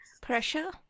Pressure